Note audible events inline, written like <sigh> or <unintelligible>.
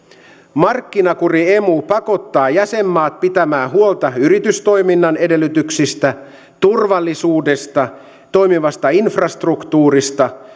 markkinakuri emu pakottaa jäsenmaat pitämään huolta yritystoiminnan edellytyksistä turvallisuudesta toimivasta infrastruktuurista <unintelligible>